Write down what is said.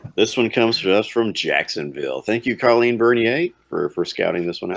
this one comes to us from jacksonville thank you carlene bernier for for scouting this one out